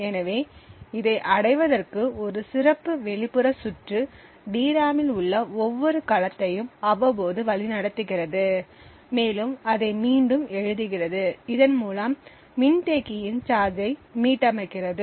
எனவே இதை அடைவதற்கு ஒரு சிறப்பு வெளிப்புற சுற்று டிராமில் உள்ள ஒவ்வொரு கலத்தையும் அவ்வப்போது வழிநடத்துகிறது மேலும் அதை மீண்டும் எழுதுகிறது இதன் மூலம்மின்தேக்கியின் சார்ஜை மீட்டமைக்கிறது